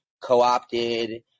co-opted